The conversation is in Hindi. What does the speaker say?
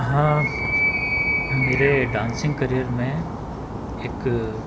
हाँ मेरे डांसिंग करियर में एक